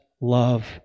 love